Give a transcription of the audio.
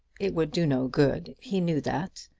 it would do no good. he knew that.